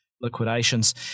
liquidations